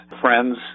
friends